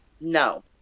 no